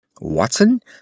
Watson